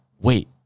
wait